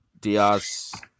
Diaz